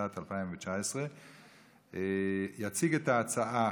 התשע"ט 2019. יציג את ההצעה